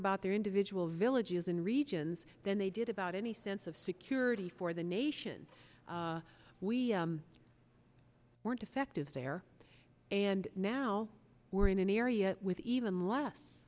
about their individual villages and regions than they did about any sense of security for the nation we weren't effective there and now we're in an area with even less